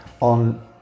on